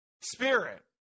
Spirit